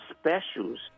specials